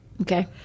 okay